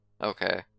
Okay